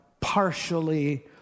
partially